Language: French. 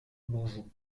bonjou